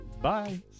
Bye